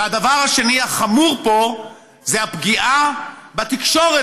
והדבר השני החמור פה זה הפגיעה בתקשורת,